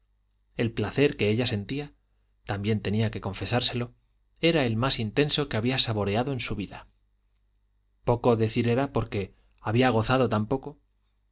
el placer que ella sentía también tenía que confesárselo era el más intenso que había saboreado en su vida poco decir era por que había gozado